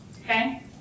Okay